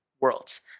Worlds